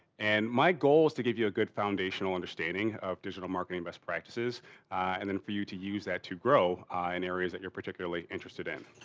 and my goal is to give you a good foundational understanding of digital marketing best practices and then for you to use that to grow in areas that you're particularly interested in.